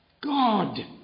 God